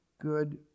good